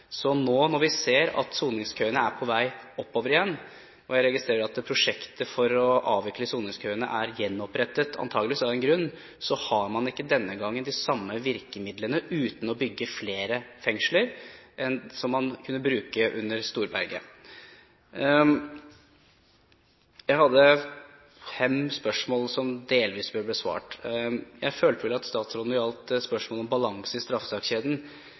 Nå, når vi ser at soningskøene er på vei oppover igjen, og jeg registrerer at prosjektet for å avvikle soningskøene er gjenopprettet – antageligvis av en eller annen grunn – har man ikke denne gangen de samme virkemidlene, uten å bygge flere fengsler, som de man kunne bruke under Knut Storberget. Jeg hadde fem spørsmål som delvis ble besvart. Jeg følte vel at statsråden når det gjaldt spørsmålet om balanse i